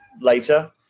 later